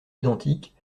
identiques